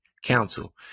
council